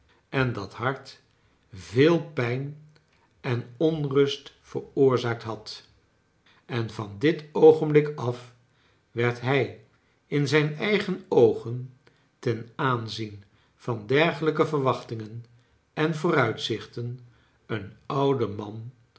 en dat hart veel pijn en onrust veroorzaakt had en van dit oogenblik af werd hij in zijn eigen oogen ten aanzien van dergelijke verwachtingen en vooruitzichten een oude man